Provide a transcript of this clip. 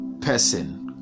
person